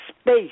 space